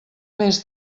més